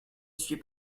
suis